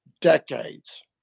decades